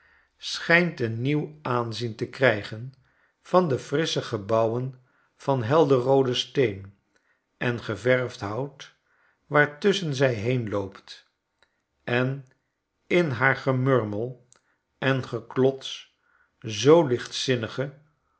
schijnt een nieuw aanzien te krijgen van de frissche gebouwen van helder rooden steen en geverfd hout waartusschen zij heenloopt en in haar gemurmel en geklots zoo'n